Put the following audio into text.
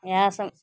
इएहसब